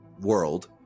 world